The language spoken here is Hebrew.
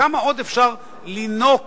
כמה עוד אפשר לינוק